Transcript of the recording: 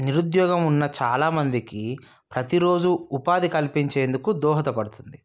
నిరుద్యోగం ఉన్న చాలా మందికి ప్రతీ రోజు ఉపాధి కల్పించేందుకు దోహదపడుతుంది